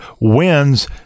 wins